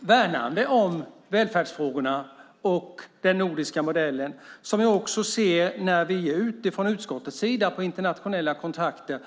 värnande om välfärdsfrågorna och den nordiska modellen. Jag ser också att vår modell har gott renommé när vi från utskottet är ute och har internationella kontakter.